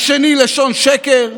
השני, לשון שקר,